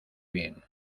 bien